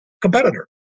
competitor